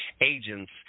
agents